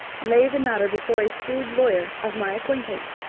lay the matter before a shrewd lawyer of my acquaintance.